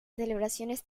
celebraciones